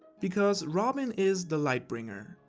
because robin is the light bringer.